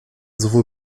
sowohl